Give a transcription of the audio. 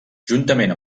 juntament